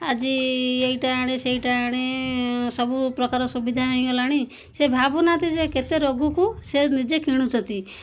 ଆଜି ଏଇଟା ଆଣେ ସେଇଟା ଆଣେ ସବୁ ପ୍ରକାର ସୁବିଧା ହେଇଗଲାଣି ସେ ଭାବୁନାହାନ୍ତି ଯେ କେତେ ରୋଗକୁ ସେ ନିଜେ କିଣୁଛନ୍ତି